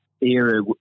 era